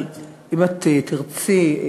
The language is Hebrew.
אבל אם תרצי,